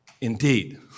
indeed